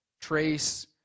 trace